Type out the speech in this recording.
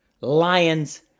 Lions